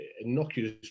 innocuous